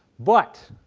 but,